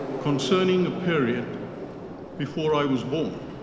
concerning a period before i was born